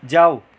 जाऊ